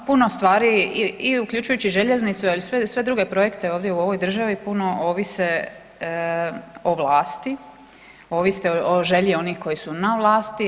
A puno stvari i uključujući željeznicu, ali i sve druge projekte ovdje u ovoj državi puno ovise o vlasti, ovise o želji onih koji su na vlasti.